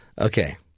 Okay